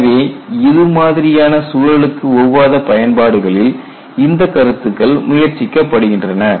எனவே இது மாதிரியான சூழலுக்கு ஒவ்வாத பயன்பாடுகளில் இந்த கருத்துக்கள் முயற்சிக்கப்படுகின்றன